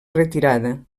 retirada